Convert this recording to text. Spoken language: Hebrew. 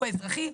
הוא אזרחי,